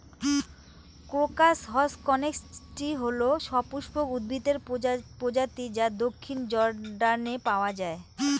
crocus haussknechtii হল সপুষ্পক উদ্ভিদের প্রজাতি যা দক্ষিণ জর্ডানে পাওয়া য়ায়